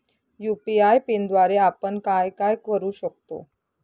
UPI पिनद्वारे आपण काय काय करु शकतो?